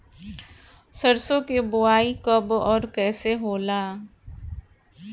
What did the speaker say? सरसो के बोआई कब और कैसे होला?